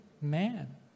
man